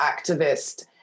activist